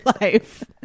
life